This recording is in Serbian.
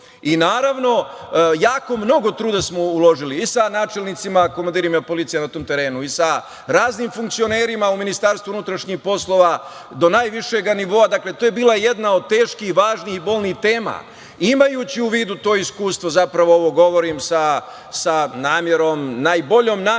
godina. Naravno, jako mnogo truda smo uložili i sa načelnicima, komandirima policije na tom terenu i sa raznim funkcionerima u MUP-u, do najvišeg nivoa. Dakle, to je bila jedna od teških, važnih i bolnih tema. Imajući u vidu to iskustvo, zapravo, ovo govorim sa najboljom namerom,